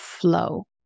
flow